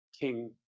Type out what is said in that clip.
King